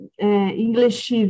English